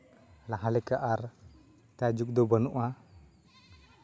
ᱞᱟᱦᱟ ᱞᱮᱠᱟ ᱟᱨ ᱡᱩᱜᱽ ᱫᱚ ᱵᱟᱱᱩᱜᱼᱟ